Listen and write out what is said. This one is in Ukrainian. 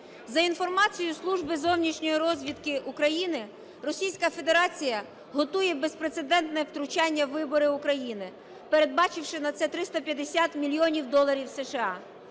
За інформацією Служби зовнішньої розвідки України, Російська Федерація готує безпрецедентне втручання у вибори України, передбачивши на це 350 мільйонів доларів США.